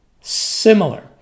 similar